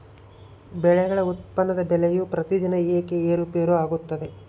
ಬೆಳೆಗಳ ಉತ್ಪನ್ನದ ಬೆಲೆಯು ಪ್ರತಿದಿನ ಏಕೆ ಏರುಪೇರು ಆಗುತ್ತದೆ?